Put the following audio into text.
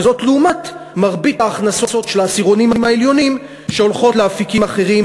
וזאת לעומת מרבית ההכנסות של העשירונים העליונים שהולכות לאפיקים אחרים,